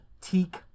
Teak